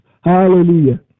Hallelujah